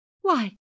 Why